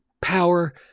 power